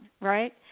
right